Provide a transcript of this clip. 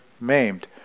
maimed